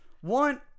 one